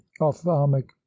ophthalmic